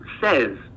says